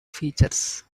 features